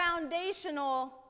foundational